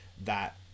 that-